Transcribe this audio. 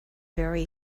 very